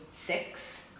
six